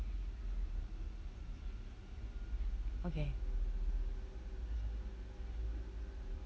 okay